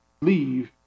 leave